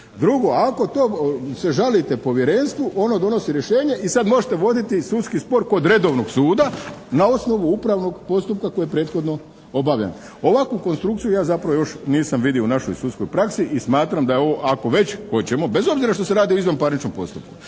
Drugo, ako to se žalite povjerenstvu ono donosi rješenje i sad možete voditi i sudski spor kod redovnog suda na osnovu upravnog postupka koji je prethodno obavljen. Ovakvu konstrukciju ja zapravo još nisam vidio u našoj sudskoj praksi i smatram da je ovo, ako već hoćemo, bez obzira što se radi o izvanparničnom postupku,